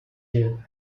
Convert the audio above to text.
you